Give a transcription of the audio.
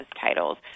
titles